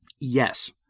Yes